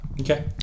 Okay